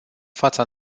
fața